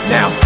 Now